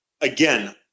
again